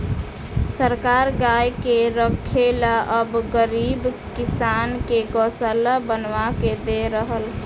सरकार गाय के रखे ला अब गरीब किसान के गोशाला बनवा के दे रहल